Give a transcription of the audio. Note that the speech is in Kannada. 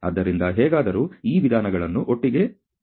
ಆದ್ದರಿಂದ ಹೇಗಾದರೂ ಈ ವಿಧಾನಗಳನ್ನು ಒಟ್ಟಿಗೆ ಚಲಿಸಬೇಕು